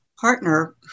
partner